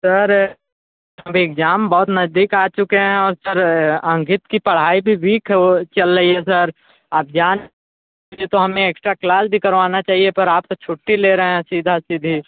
sir अब exam बहुत नज़दीक आ चुके हैं और सर अंकित की पढ़ाई भी वीक है वो चल रही है सर आप जानते तो हमें एक्स्ट्रा क्लास भी करवाना चाहिए पर आप तो छुट्टी ले रहे हैं सीधा सीधी